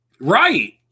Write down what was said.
right